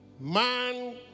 man